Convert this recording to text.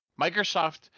Microsoft